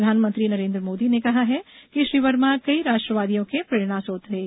प्रधानमंत्री नरेन्द्र मोदी ने कहा है कि श्री वर्मा कई राष्ट्र वादियों के प्रेरणा स्रोत थे